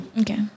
Okay